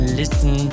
listen